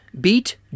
beat